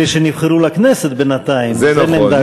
אלה שנבחרו לכנסת בינתיים, זה נכון.